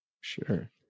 sure